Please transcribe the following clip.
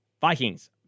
Vikings